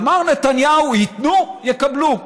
ואמר נתניהו: ייתנו, יקבלו.